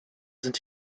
sind